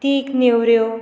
तीख नेवऱ्यो